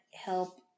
help